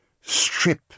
strip